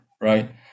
right